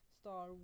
Star